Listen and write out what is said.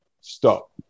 stop